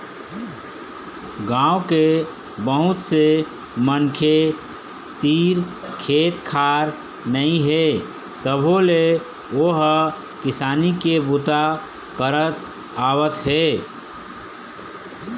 गाँव के बहुत से मनखे तीर खेत खार नइ हे तभो ले ओ ह किसानी के बूता करत आवत हे